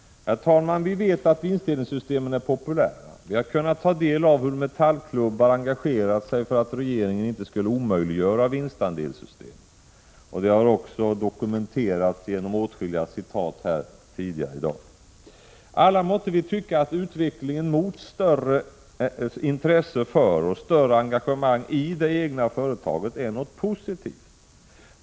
Herr talman! Vi vet att vinstdelningssystemen är populära. Vi har kunnat ta del av hur metallklubbar engagerat sig för att regeringen inte skulle omöjliggöra vinstandelssystem. Det har också dokumenterats genom åtskilliga citat här tidigare i dag. Alla måtte vi tycka att utvecklingen mot större intresse för och större engagemang i det egna företaget är något positivt.